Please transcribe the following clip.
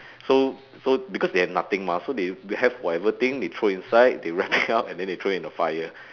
so so because they have nothing mah so they they have whatever thing they throw inside they wrap it up and then they throw it in the fire